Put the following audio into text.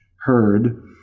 heard